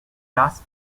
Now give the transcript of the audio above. does